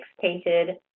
painted